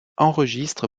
enregistre